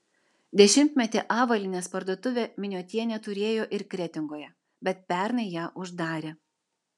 dešimtmetį avalynės parduotuvę miniotienė turėjo ir kretingoje bet pernai ją uždarė